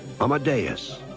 Amadeus